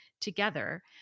together